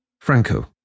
Franco